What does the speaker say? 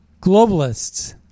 globalists